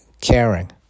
Caring